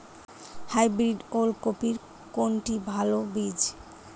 Hybrid ওল কপির কোনটি ভালো বীজ?